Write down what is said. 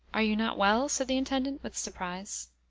are you not well? said the intendant, with surprise.